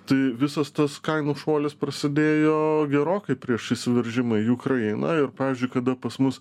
tai visas tas kainų šuolis prasidėjo gerokai prieš įsiveržimą į ukrainą ir pavyzdžiui kada pas mus